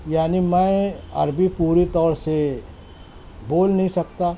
یعنی میں عربی پوری طور سے بول نہیں سکتا